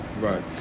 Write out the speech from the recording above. right